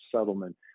settlement